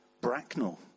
Bracknell